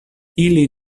ili